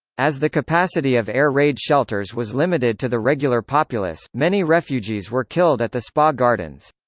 as the capacity of air raid shelters was limited to the regular populace, many refugees were killed at the spa gardens.